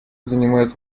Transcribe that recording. занимает